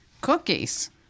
cookies